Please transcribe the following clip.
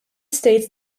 states